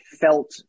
felt